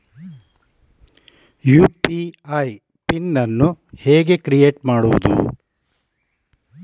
UPI PIN ಅನ್ನು ಹೇಗೆ create ಮಾಡುದು?